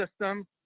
system